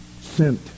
sent